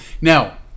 Now